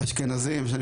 אשכנזים וכו'.